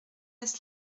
lès